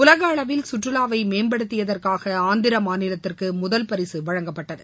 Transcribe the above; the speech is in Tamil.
உலகளவில் சுற்றுலாவை மேம்படுத்திற்காக ஆந்திர மாநிலத்திற்கு முதல் பரிசு வழங்கப்பட்டது